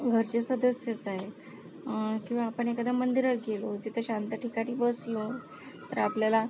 घरचे सदस्यच आहे किंवा आपण एखाद्या मंदिरात गेलो तिथे शांत ठिकाणी बसलो तर आपल्याला